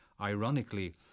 Ironically